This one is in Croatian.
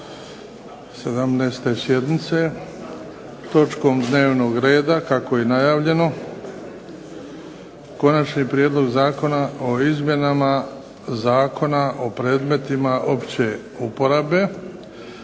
17. sjednice s točkom dnevnog reda kako je i najavljeno, - Konačni prijedlog zakona o izmjenama Zakona o predmetima opće uporabe,